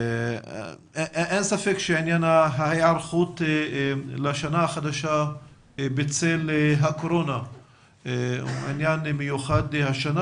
אין ספק שעניין ההיערכות לשנה החדשה בצל הקורונה הוא עניין מיוחד השנה.